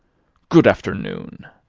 good afternoon!